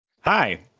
Hi